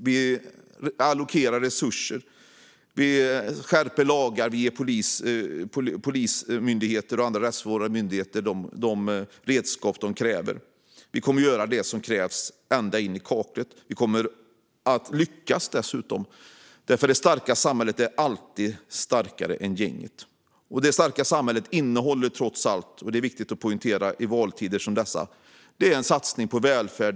Vi allokerar resurser. Vi skärper lagar. Vi ger Polismyndigheten och andra rättsvårdande myndigheter de redskap som de kräver. Vi kommer att göra det som krävs ända in i kaklet. Vi kommer dessutom att lyckas, för det starka samhället är alltid starkare än gänget. I valtider som dessa är det viktigt att poängtera att det starka samhället innehåller en satsning på välfärd.